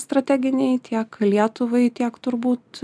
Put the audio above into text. strateginiai tiek lietuvai tiek turbūt